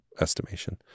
estimation